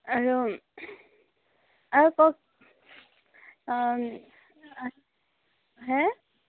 আৰু আৰু কওক হে